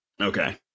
Okay